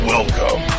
Welcome